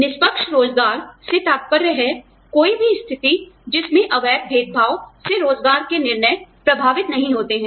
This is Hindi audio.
निष्पक्ष रोज़गार से तात्पर्य है कोई भी स्थिति जिसमें अवैध भेदभाव से रोज़गार के निर्णय प्रभावित नहीं होते हैं